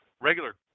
regular